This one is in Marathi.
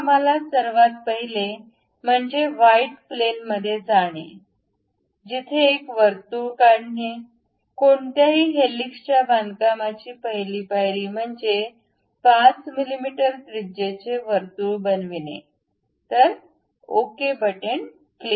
तर आपल्याला सर्वात पहिले म्हणजे व्हाईट प्लेन मध्ये जाणे जिथे एक वर्तुळ काढणे कोणत्याही हेलिक्सच्या बांधकामाची पहिली पायरी म्हणजे 5 मिमी त्रिजेचे वर्तुळ बनविणे ओके बटन क्लिक करा